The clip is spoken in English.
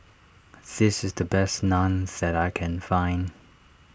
this is the best Naan that I can find